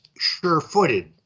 sure-footed